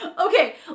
Okay